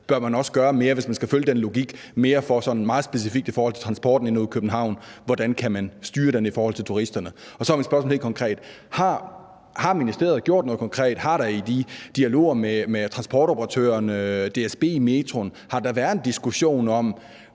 bør man også gøre mere, hvis man skal følge den logik, altså gøre mere sådan meget specifikt i forhold til transporten ind til og ud af København – hvordan kan man styre den i forhold til turisterne? Så mit spørgsmål er helt konkret: Har ministeriet gjort noget konkret? Har der i de dialoger med transportoperatørerne, altså DSB og Metroselskabet, været en diskussion om,